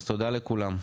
אז תודה לכולם.